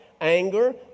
anger